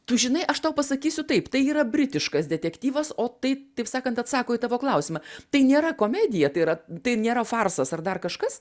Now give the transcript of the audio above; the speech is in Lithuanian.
tu žinai aš tau pasakysiu taip tai yra britiškas detektyvas o tai taip sakant atsako į tavo klausimą tai nėra komedija tai yra tai nėra farsas ar dar kažkas